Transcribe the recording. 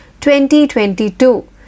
2022